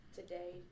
today